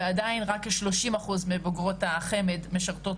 ועדיין רק כ-30 אחוזים מבוגרות החמ"ד משרתות